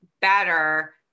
better